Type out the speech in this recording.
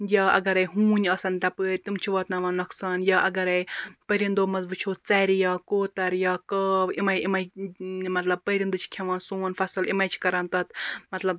یا اَگَر ہوٗن آسَن تَپٲرۍ تِم چھِ واتناوان نۄقصان یا اَگَر پرندو مَنٛز وٕچھو ژَرٕ یا کوتَر یا کاو یِمے یِمے مَطلَب پرندٕ چھِ کھیٚوان سون فصل یِمے چھِ کَران تَتھ مَطلَب